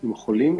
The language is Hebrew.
עם חולים.